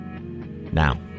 Now